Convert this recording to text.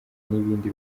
n’ibindi